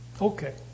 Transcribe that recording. Okay